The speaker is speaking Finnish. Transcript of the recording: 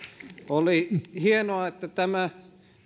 oli hienoa että tämä